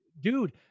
Dude